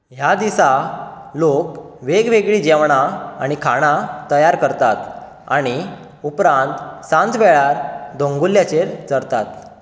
ह्या दिसा लोक वेगवेगळीं जेवणां आनी खाणां तयार करतात आनी उपरांत सांजवेळार दोंगुल्ल्यांचेर चलतात